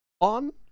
on